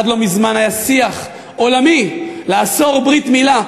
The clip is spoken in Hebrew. עד לא מזמן היה שיח עולמי לאסור ברית-מילה.